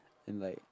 and like